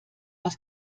aus